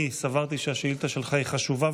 אני סברתי שהשאילתה שלך חשובה,